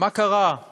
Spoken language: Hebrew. עם